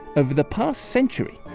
over the past century,